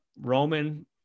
roman